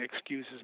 excuses